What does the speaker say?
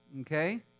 okay